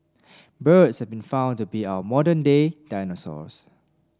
birds have been found to be our modern day dinosaurs